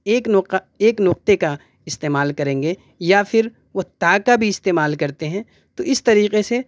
ایک نقطہ ایک نقطے کا استعمال کریں گے یا پھر وہ تا کا بھی استعمال کرتے ہیں تو اس طریقے سے